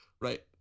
Right